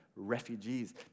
Refugees